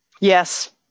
Yes